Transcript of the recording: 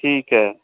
ਠੀਕ ਹੈ